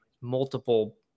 multiple